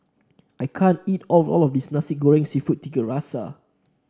I can't eat all of this Nasi Goreng seafood Tiga Rasa